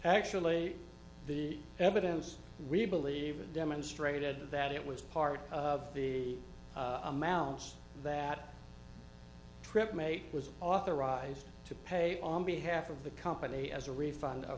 actually the evidence we believe it demonstrated that it was part of the amounts that trip mate was authorized to pay on behalf of the company as a refund